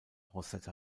rosette